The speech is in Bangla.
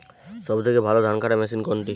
সবথেকে ভালো ধানকাটা মেশিন কোনটি?